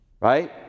Right